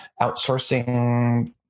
outsourcing